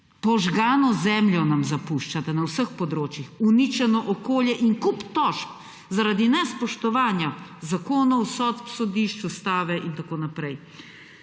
Požgano zemljo nam zapuščate na vseh področjih. Uničeno okolje in kup tožb zaradi nespoštovanja zakonov, sodb sodišč, ustave in tako naprej.